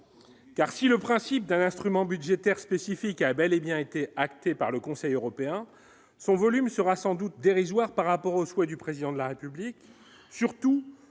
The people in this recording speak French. car si le principe d'un instrument budgétaire spécifique a bel et bien été actés par le Conseil européen, son volume sera sans doute dérisoire par rapport au souhait du président de la République surtout